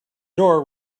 door